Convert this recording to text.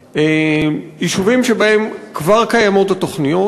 יישובים שבהם כבר קיימות התוכניות,